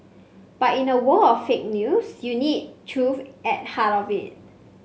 but in a world of fake news you need truth at heart of it